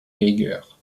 geiger